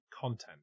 content